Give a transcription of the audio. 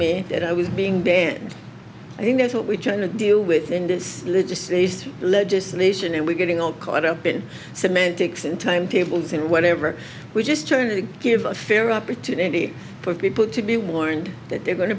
me that i was being bad i mean that's what we're trying to do within this legislation and we're getting all caught up in semantics and timetables and whatever we're just trying to give a fair opportunity for people to be warned that they're going